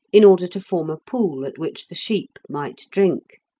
in order to form a pool at which the sheep might drink.